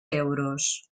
euros